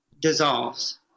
dissolves